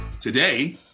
today